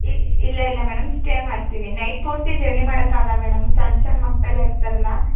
E ಇಲ್ಲ ಇಲ್ಲ madam stay ಮಾಡ್ತೀವಿ ನೈಟ್ ಪೂರ್ತಿ ಜರ್ನಿ ಮಾಡಕ್ಕಾಗಲ್ಲ ಮೇಡಮ್ ಸಣ್ಣ ಸಣ್ಣ ಮಕ್ಕಳೆಲ್ಲ ಇರ್ತಾರಲ್ವ